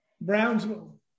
Brownsville